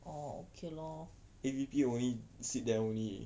A_V_P only sit there only